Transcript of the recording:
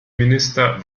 minister